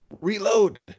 Reload